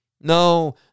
No